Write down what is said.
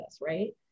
right